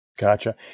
Gotcha